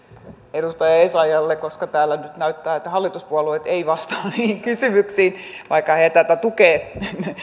edustaja essayahlle koska nyt näyttää että hallituspuolueet eivät vastaa kysymyksiin vaikka he tätä tukevat